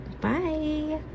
bye